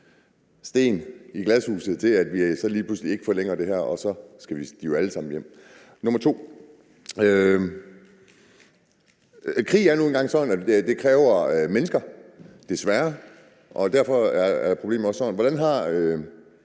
sten i glashuset, der gør, at vi så lige pludselig ikke forlænger det her, og at de jo så alle sammen skal hjem? Så vil jeg stille mit andet spørgsmål. Krig er nu engang sådan, at det kræver mennesker, desværre, og derfor er problemet også sådan. Hvordan har